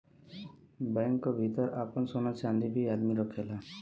bank क भितर आपन सोना चांदी भी आदमी रखेला